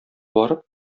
барып